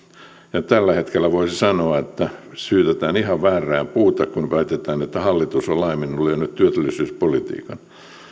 tällä hetkellä voisi sanoa että syytetään ihan väärää puuta kun väitetään että hallitus on laiminlyönyt työllisyyspolitiikan